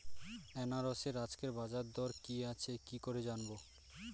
আনারসের আজকের বাজার দর কি আছে কি করে জানবো?